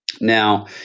Now